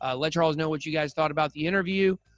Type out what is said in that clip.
ah let charles know what you guys thought about the interview.